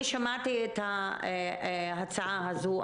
אני שמעתי את ההצעה הזאת.